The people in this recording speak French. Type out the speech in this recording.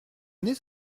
venez